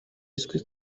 izwi